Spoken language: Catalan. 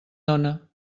dóna